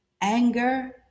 anger